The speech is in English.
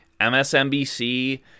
MSNBC